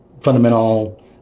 fundamental